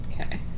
Okay